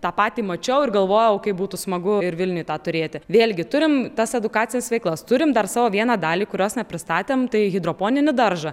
tą patį mačiau ir galvojau kaip būtų smagu ir vilniuj tą turėti vėlgi turim tas edukacijas veiklas turim dar savo vieną dalį kurios nepristatėm tai hidroponinį daržą